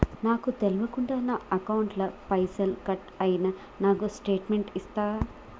నాకు తెల్వకుండా నా అకౌంట్ ల పైసల్ కట్ అయినై నాకు స్టేటుమెంట్ ఇస్తరా?